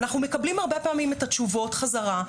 אנחנו מקבלים הרבה פעמים את התשובות חזרה.